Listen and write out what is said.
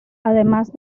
además